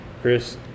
Chris